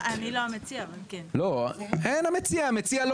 לא קרה פעם אחת שחבר כנסת מציע הצעת חוק פרטית,